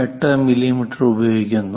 18 millimetre ഉപയോഗിക്കുന്നു